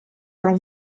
d’un